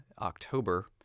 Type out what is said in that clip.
October